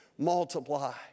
multiply